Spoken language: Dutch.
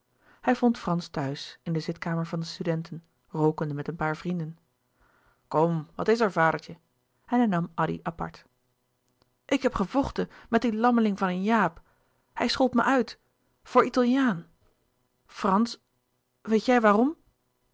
hij vond frans thuis in de zitkamer van de studenten rookende met een paar vrienden kom wat is er vadertje en hij nam addy apart ik heb gevochten met dien lammeling van een jaap hij schold me uit voor italiaan frans weet jij waarom